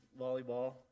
volleyball